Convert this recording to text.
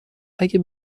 اگه